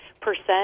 percent